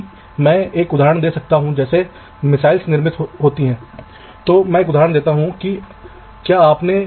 तो एक तार का आकार इस प्रकार वहां तार का आकार कम हो रहा है